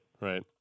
right